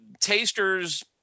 tasters